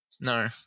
No